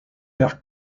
per